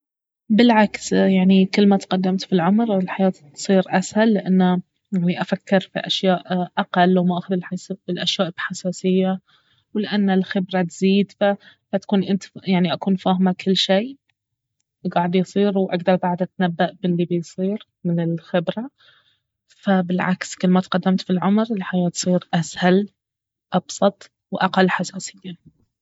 بالعكس يعني كل ما تقدمت في العمر الحياة تصير اسهل لانه يعني افكر في أشياء اقل وما اخذ الحس- الأشياء بحساسية ولأنه الخبرة تزيد ف- فتكون انت يعني أكون فاهمة كل شي قاعد يصير واقدر بعد اتنبأ بالي بيصير من الخبرة فبالعكس كل ما تقدمت في العمر الحياة تصير اسهل وابسط واقل حساسية